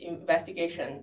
investigation